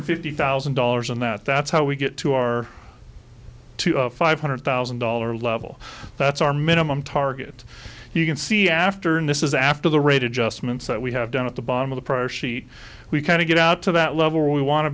hundred fifty thousand dollars in that that's how we get to our to a five hundred thousand dollar level that's our minimum target you can see after in this is after the rate adjustments that we have done at the bottom of the prior sheet we can to get out to that level we want to